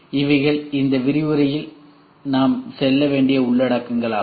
இவைகள் இந்த விரிவுரையில் நாம் செல்ல வேண்டிய உள்ளடக்கங்கள் ஆகும்